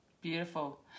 Beautiful